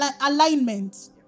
alignment